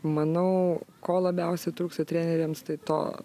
manau ko labiausiai trūksta treneriams tai to